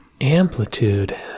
amplitude